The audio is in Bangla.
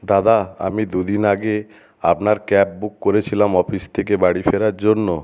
দাদা আমি দুদিন আগে আপনার ক্যাব বুক করেছিলাম অফিস থেকে বাড়ি ফেরার জন্য